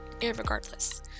Irregardless